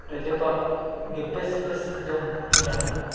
ᱨᱮ ᱡᱚᱛᱚᱣᱟᱜ ᱜᱮ ᱵᱮᱹᱥᱼᱵᱮᱹᱥ ᱡᱚᱢᱼᱧᱩ ᱧᱟᱢᱚᱜᱼᱟ